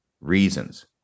reasons